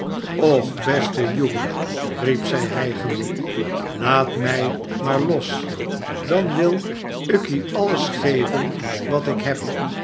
och beste hugh riep zij hijgende laat mij maar los dan wil ik u alles geven wat ik heb